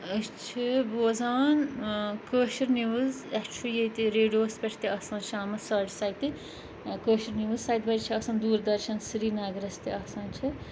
أسۍ چھِ بوزان کٲشِر نِوٕز اَسہِ چھُ ییٚتہِ ریڈیوَس پٮ۪ٹھ تہِ آسان شامَس ساڑِ سَتہِ کٲشِر نِوٕز سَتہِ بَجہِ چھِ آسان دوٗر دَرشَن سرینَگرَس تہِ آسان چھِ